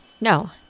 No